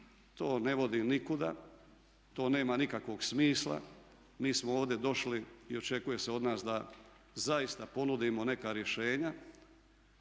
to ne vodi nikuda, to nema nikakvog smisla. Mi smo ovdje došli i očekuje se od nas da zaista ponudimo neka rješenja,